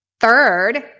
Third